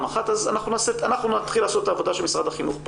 אנחנו נתחיל לעשות כאן את העבודה של משרד החינוך.